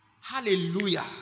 Hallelujah